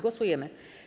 Głosujemy.